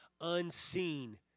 unseen